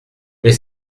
mais